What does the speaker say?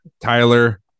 Tyler